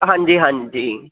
ਹਾਂਜੀ ਹਾਂਜੀ